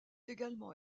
également